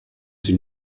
sie